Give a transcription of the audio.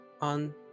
on